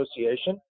Association